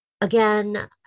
Again